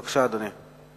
בבקשה, אדוני.